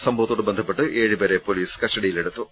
സംഭ വത്തോട് ബന്ധപ്പെട്ട് ഏഴുപേരെ പൊലീസ് കസ്റ്റഡിയിലെടുത്തു